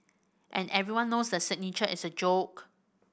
and everyone knows that signature is a joke